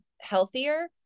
healthier